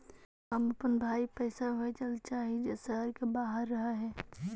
हम अपन भाई पैसा भेजल चाह हीं जे शहर के बाहर रह हे